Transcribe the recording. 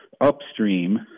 upstream